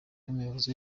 n’umuyobozi